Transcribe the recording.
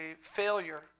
failure